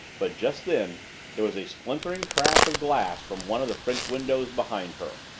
but just then there was a splintering crash of glass from one of the french windows behind her!